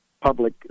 public